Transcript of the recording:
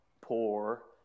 poor